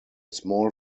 small